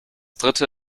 dritte